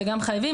וגם חייבים,